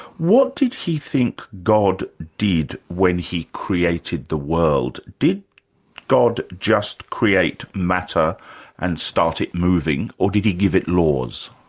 what did he think god did when he created the world? did god just create matter and start it moving, or did he give it laws?